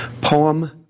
Poem